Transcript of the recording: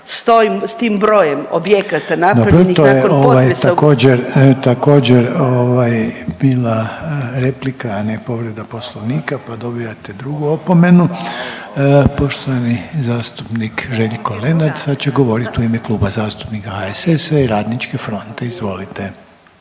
s tim brojem objekata napravljenih … **Reiner, Željko (HDZ)** Dobro, to je također bila replika a ne povreda Poslovnika pa dobivate drugu opomenu. Poštovani zastupnik Željko Lenart sad će govoriti u ime Kluba zastupnika HSS-a i Radničke fronte, izvolite.